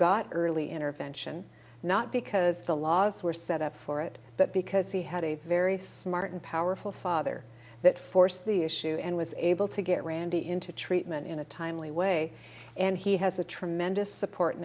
got early intervention not because the laws were set up for it but because he had a very smart and powerful father that forced the issue and was able to get randi into treatment in a timely way and he has a tremendous support